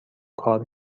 کار